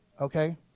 Okay